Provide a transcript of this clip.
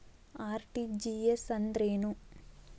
RTGS ಅಂದ್ರೇನು?